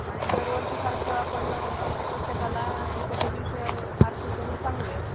आणि दरवर्षीसारखं आपण प्रत्येकाला एकेका दिवशी आरतीचंही सांगूया